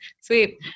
sweet